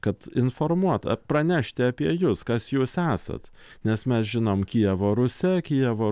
kad informuot pranešti apie jus kas jūs esat nes mes žinom kijevo rusia kijevo